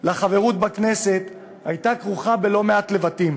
לחברות בכנסת הייתה כרוכה בלא-מעט לבטים.